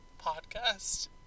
podcast